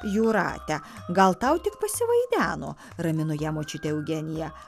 jūrate gal tau tik pasivaideno ramino ją močiutė eugenija